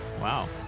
Wow